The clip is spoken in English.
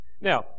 Now